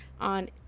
on